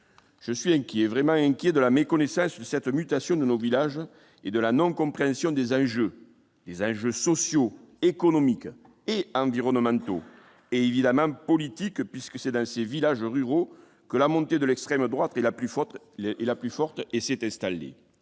je suis inquiet vraiment inquiet de la méconnaissance de cette mutation de nos villages et de la non-compréhension des âges, les âges socio-économiques et environnementaux et évidemment politique, puisque c'est dans ces villages ruraux que la montée de l'extrême droite est la plus forte et la plus